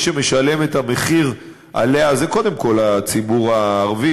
שמשלם את המחיר עליה זה קודם כול הציבור הערבי,